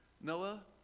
Noah